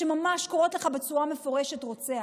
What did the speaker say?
שממש קוראות לך בצורה מפורשת "רוצח".